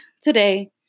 today